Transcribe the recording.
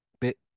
bit